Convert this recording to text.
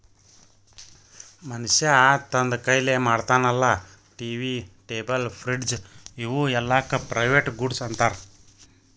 ಮನ್ಶ್ಯಾ ತಂದ್ ಕೈಲೆ ಮಾಡ್ತಾನ ಅಲ್ಲಾ ಟಿ.ವಿ, ಟೇಬಲ್, ಫ್ರಿಡ್ಜ್ ಇವೂ ಎಲ್ಲಾಕ್ ಪ್ರೈವೇಟ್ ಗೂಡ್ಸ್ ಅಂತಾರ್